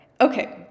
okay